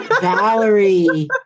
Valerie